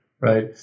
right